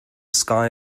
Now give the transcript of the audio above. sky